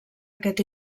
aquest